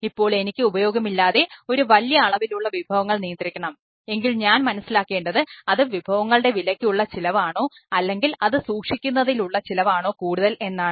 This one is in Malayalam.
ഇപ്പോൾ എനിക്ക് ഉപയോഗമില്ലാതെ ഒരു വലിയ അളവിലുള്ള വിഭവങ്ങൾ നിയന്ത്രിക്കണം എങ്കിൽ ഞാൻ മനസ്സിലാക്കേണ്ടത് അത് വിഭവങ്ങളുടെ വിലയ്ക്ക് ഉള്ള ചിലവ് ആണോ അല്ലെങ്കിൽ അത് സൂക്ഷിക്കുന്നതിൽ ഉള്ള ചിലവ് ആണോ കൂടുതൽ എന്നാണ്